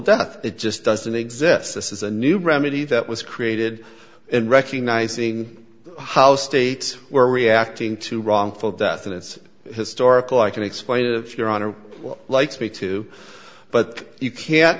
death it just doesn't exist this is a new remedy that was created in recognizing how states were reacting to wrongful death and it's historical i can explain to your honor likes me too but you can't